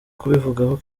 kubivugaho